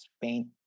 paint